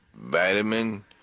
vitamin